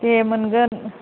दे मोनगोन